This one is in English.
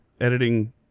editing